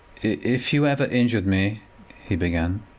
if you ever injured me he began.